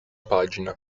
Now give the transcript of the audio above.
pagina